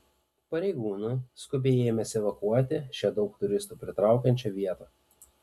pareigūnai skubiai ėmėsi evakuoti šią daug turistų pritraukiančią vietą